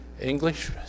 English